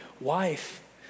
wife